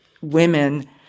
women